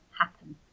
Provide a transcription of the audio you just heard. happen